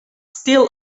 still